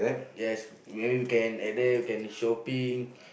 yes where you can at there you can shopping